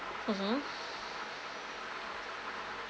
mmhmm